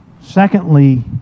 Secondly